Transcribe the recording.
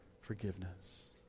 forgiveness